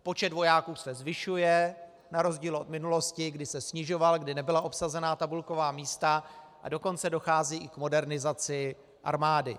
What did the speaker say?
Počet vojáků se zvyšuje na rozdíl od minulosti, kdy se snižoval, kdy nebyla obsazena tabulková místa, a dokonce dochází i k modernizaci armády.